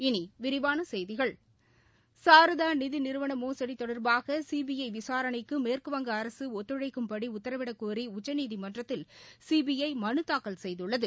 இனி விரிவான செய்திகள் சாரதா நிதி நிறுவன மோசடி தொடர்பாக சிபிஐ விசாரணைக்கு மேற்குவங்க அரசு ஒத்தழைக்கும்படி உத்தரவிடக்கோரி உச்சநீதிமன்றத்தில் சிபிஐ மனு தாக்கல் செய்துள்ளது